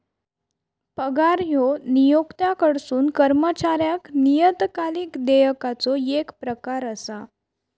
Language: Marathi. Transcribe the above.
पगार ह्यो नियोक्त्याकडसून कर्मचाऱ्याक नियतकालिक देयकाचो येक प्रकार असा